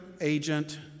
agent